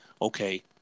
okay